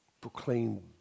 proclaimed